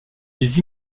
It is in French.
les